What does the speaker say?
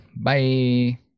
Bye